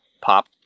pop